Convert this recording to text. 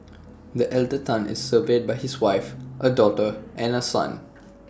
the elder Tan is survived by his wife A daughter and A son